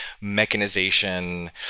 mechanization